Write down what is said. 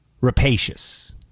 rapacious